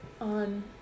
on